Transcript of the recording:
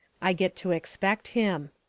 i get to expect him.